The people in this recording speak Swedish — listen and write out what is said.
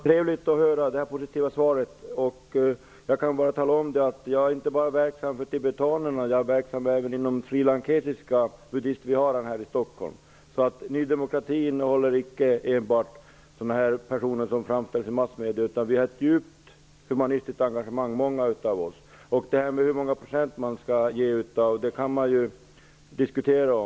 Herr talman! Det var trevligt att höra detta positiva svar. Jag kan tala om att jag inte bara är engagerad för tibetaner utan också för srilankesiska buddister i Stockholm. Nydemokraterna är icke sådana som de framställs i medierna, utan många av oss har ett djupt mänskligt engagemang. Hur många procent i bistånd som skall ges kan vi diskutera.